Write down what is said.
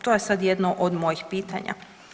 To je sad jedno od mojih pitanja.